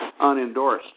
unendorsed